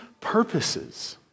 purposes